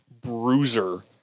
bruiser